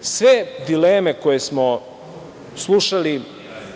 Sve dileme koje smo slušali